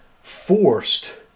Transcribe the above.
forced